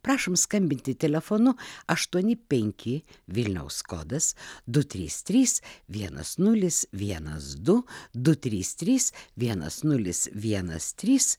prašom skambinti telefonu aštuoni penki vilniaus kodas du trys trys vienas nulis vienas du du trys trys vienas nulis vienas trys